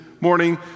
morning